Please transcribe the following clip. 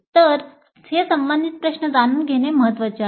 तर हे संबंधित प्रश्न जाणून घेणे महत्वाचे आहे